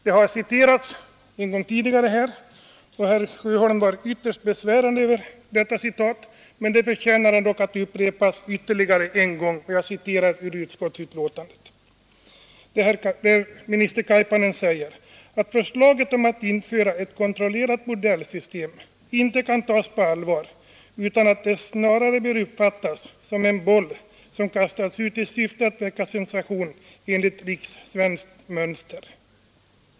Det har citerats en gång tidigare här. Herr Sjöholm var ytterst besvärad över detta citat, men det förtjänar dock att upprepas ytterligare en gång: ”Kaipainen anser att förslaget om att införa ett kontrollerat bordellsystem inte kan tas på allvar utan att det snarare bör uppfattas som en boll som kastats ut i syfte att väcka sensation enligt rikssvenskt mönster.